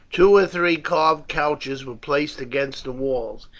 two or three carved couches were placed against the walls,